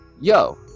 Yo